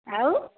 ଆଉ